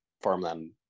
farmland